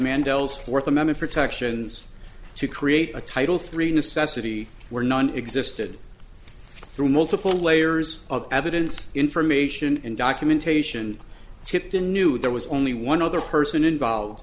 mandela's fourth amendment protections to create a title three necessity where none existed through multiple layers of evidence information and documentation tipped in knew there was only one other person involved